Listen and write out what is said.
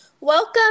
Welcome